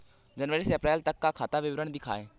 जनवरी से अप्रैल तक का खाता विवरण दिखाए?